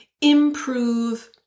improve